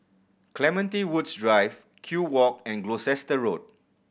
Clementi Woods Drive Kew Walk and Gloucester Road